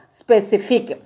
specific